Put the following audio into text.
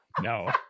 No